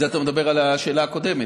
זה, אתה מדבר על השאלה הקודמת.